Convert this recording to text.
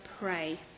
pray